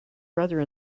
brother